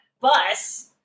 bus